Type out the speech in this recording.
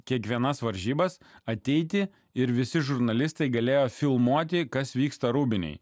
kiekvienas varžybas ateiti ir visi žurnalistai galėjo filmuoti kas vyksta rūbinėje